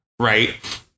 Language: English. Right